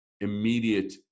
immediate